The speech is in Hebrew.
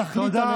תחליט עליו.